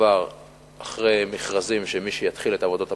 כבר אחרי מכרזים של מי שיתחיל את עבודות הפיתוח,